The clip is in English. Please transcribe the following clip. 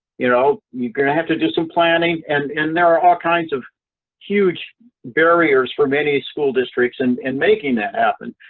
you know? you're going to have to do some planning. and and there are all kinds of huge barriers for many school districts and in making that happen.